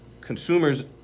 consumers